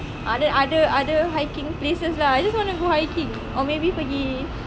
other other other hiking places lah I just wanna go hiking or maybe pergi